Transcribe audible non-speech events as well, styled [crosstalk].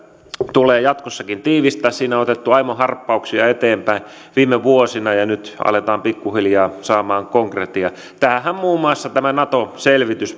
tulee jatkossakin tiivistää siinä on otettu aimo harppauksia eteenpäin viime vuosina ja nyt aletaan pikku hiljaa saamaan konkretiaa tähänhän muun muassa nato selvitys [unintelligible]